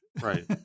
Right